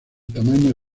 tamaño